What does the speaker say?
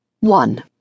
One